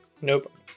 Nope